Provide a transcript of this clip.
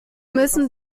müssen